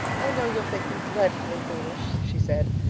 i know you'll think me dreadfully foolish, she said.